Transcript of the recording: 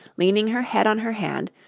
leaning her head on her hand,